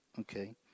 Okay